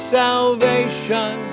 salvation